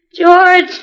George